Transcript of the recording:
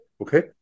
okay